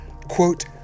quote